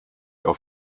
auf